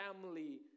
family